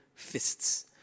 Fists